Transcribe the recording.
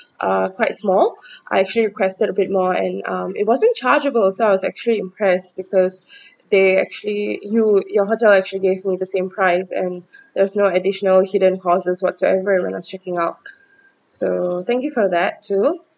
uh quite small I actually requested a bit more and um it wasn't chargeable so I was actually impressed because they actually you your hotel actually gave me the same price and there's no additional hidden cost or whatsoever when I'm checking out so thank you for that too